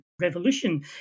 revolution